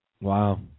Wow